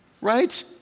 right